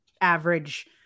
average